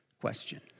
Question